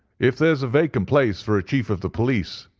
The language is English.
if there's a vacant place for a chief of the police,